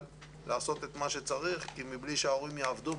לעשות את מה שצריך כי בלי שההורים יעבדו,